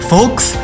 Folks